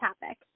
topic